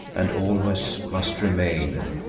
and always must remain,